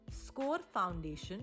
scorefoundation